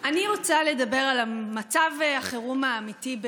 אני רוצה לדבר על מצב החירום האמיתי,